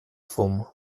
fum